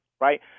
right